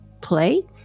play